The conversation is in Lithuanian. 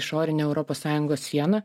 išorinė europos sąjungos siena